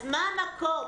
מה המקור?